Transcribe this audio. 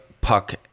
puck